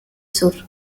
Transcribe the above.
sur